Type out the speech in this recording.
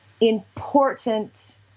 important